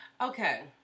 Okay